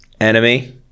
Enemy